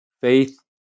faith